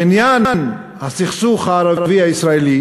בעניין הסכסוך הערבי-הישראלי